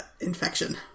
infection